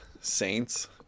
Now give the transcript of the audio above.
Saints